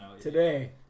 Today